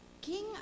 King